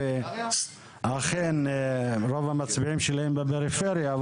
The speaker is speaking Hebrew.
ואכן רוב המצביעים שלהם בפריפריה,